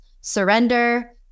surrender